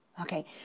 Okay